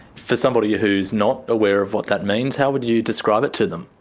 for somebody who's not aware of what that means, how would you describe it to them?